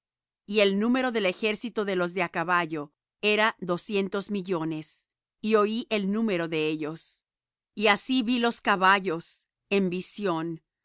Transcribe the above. y el número del ejército de los de á caballo era doscientos millones y oí el número de ellos y así vi los caballos en visión